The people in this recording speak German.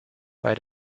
bei